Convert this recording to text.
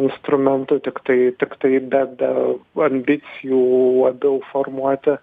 instrumentu tiktai tiktai bet be ambicijų labiau formuoti